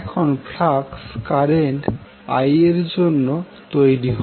এখন flux current i এর জন্য তৈরি হয়